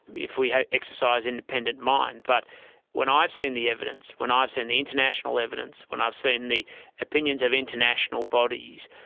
if we had exercise independent mind. but when i've seen the evidence, when i've ah seen the international evidence, when i've seen the opinions of international bodies,